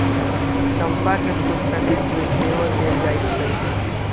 चंपा के फूल सनेश में सेहो देल जाइ छइ